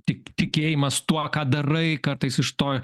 tik tikėjimas tuo ką darai kartais iš to